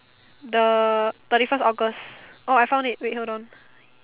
the thirty first August orh I found it wait hold on